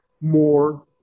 more